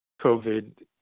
covid